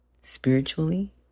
spiritually